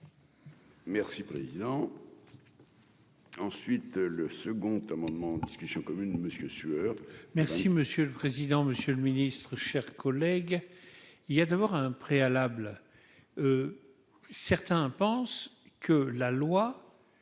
Merci président ensuite le second amendement en discussion commune monsieur